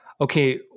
okay